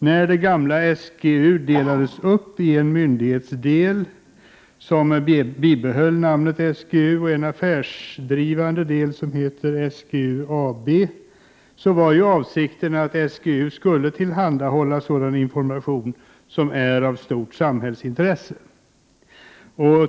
När det gamla SGU delades upp i en myndighetsdel, som bibehöll namnet SGU, och i en affärsdrivande del, som heter SGAB var avsikten att SGU skulle tillhandahålla sådan information som är av stort samhällsintresse.